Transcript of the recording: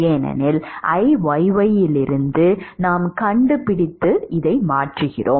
ஏனெனில் Iyy இதிலிருந்து நாம் கண்டுபிடித்து மாற்றுகிறோம்